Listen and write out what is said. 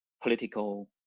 political